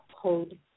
Code